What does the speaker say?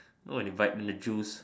oh you bite in the juice